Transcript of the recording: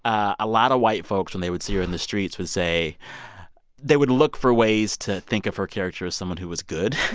um a lot of white folks, when they would see her in the streets, would say they would look for ways to think of her character as someone who was good.